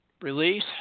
release